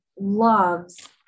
loves